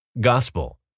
Gospel